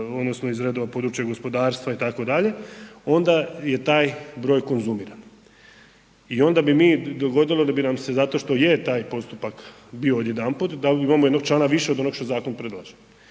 odnosno iz redova područja gospodarstva itd., onda je taj broj konzumiran i onda bi mi, dogodilo bi nam se zato što je taj postupak bio odjedanput da imamo jednog člana više od onog što zakon predlaže,